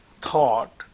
thought